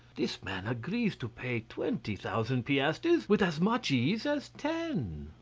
this man agrees to pay twenty thousand piastres with as much ease as ten.